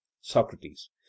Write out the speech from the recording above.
Socrates